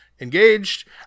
engaged